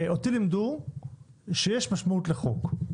אותי לימדו שיש משמעות לחוק.